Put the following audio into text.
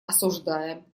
осуждаем